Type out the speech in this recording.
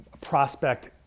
prospect